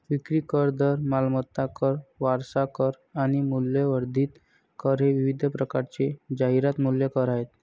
विक्री कर, दर, मालमत्ता कर, वारसा कर आणि मूल्यवर्धित कर हे विविध प्रकारचे जाहिरात मूल्य कर आहेत